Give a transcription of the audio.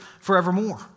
forevermore